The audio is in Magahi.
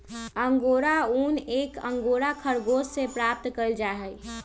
अंगोरा ऊन एक अंगोरा खरगोश से प्राप्त कइल जाहई